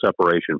separation